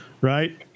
right